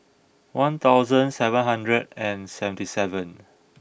one thousand seven hundred and seventy seven